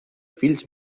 fills